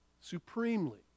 Supremely